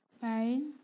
Fine